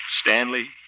Stanley